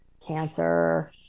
cancer